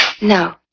No